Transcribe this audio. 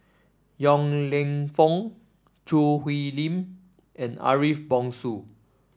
Yong Lew Foong Choo Hwee Lim and Ariff Bongso